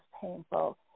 painful